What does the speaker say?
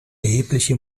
erhebliche